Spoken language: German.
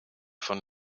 von